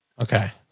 Okay